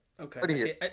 Okay